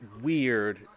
weird